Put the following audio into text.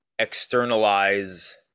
Externalize